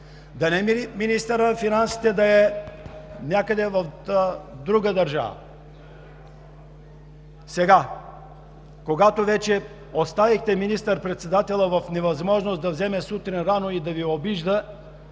Да не би министърът на финансите да е някъде в друга държава? Сега, когато вече оставихте министър-председателя в невъзможност да вземе сутрин рано и да Ви обижда,